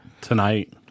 Tonight